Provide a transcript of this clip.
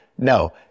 No